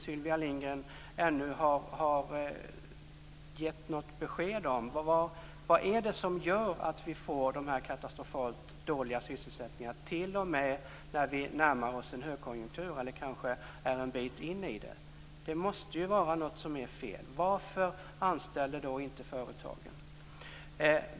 Sylvia Lindgren har ännu inte gett något besked om vad det är som gör att vi får de katastrofalt dåliga sysselsättningssiffrorna, t.o.m. när vi närmar oss en högkonjunktur, eller kanske är en bit in i den. Det måste vara något som är fel. Varför anställer inte företagen?